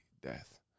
death